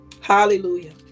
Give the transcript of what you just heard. Hallelujah